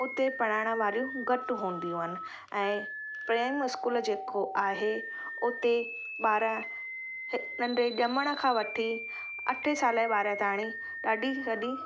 उते पढ़ाइण वारियूं घटि हूंदियूं आहिनि ऐं प्रेम स्कूल जेको आहे उते ॿार नंढे ॼमण खां वठी अठें साल ॿार ताणी ॾाढी वॾी